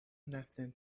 nathan